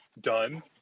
done